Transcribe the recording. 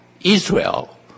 Israel